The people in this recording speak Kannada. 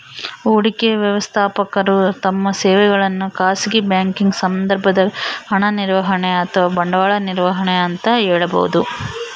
ಹೂಡಿಕೆ ವ್ಯವಸ್ಥಾಪಕರು ತಮ್ಮ ಸೇವೆಗಳನ್ನು ಖಾಸಗಿ ಬ್ಯಾಂಕಿಂಗ್ ಸಂದರ್ಭದಾಗ ಹಣ ನಿರ್ವಹಣೆ ಅಥವಾ ಬಂಡವಾಳ ನಿರ್ವಹಣೆ ಅಂತ ಹೇಳಬೋದು